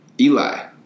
Eli